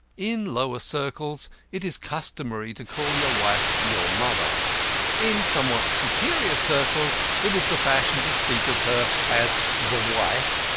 in lower circles it is customary to call your wife your mother in somewhat superior circles it is the fashion to speak of her as the wife,